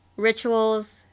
rituals